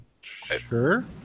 Sure